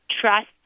trust